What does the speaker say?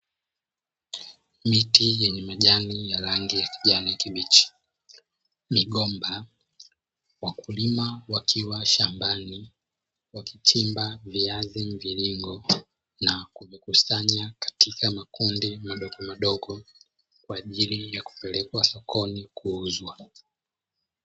Miti yenye majani ya rangi kijani kibichi, migomba, wakulima wakiwa shambani wakichimba viazi mviringo na kuvikusanya katika makundi madogo madogo kwa ajili ya kupelekwa sokoni kuuzwa.